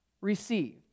received